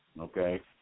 okay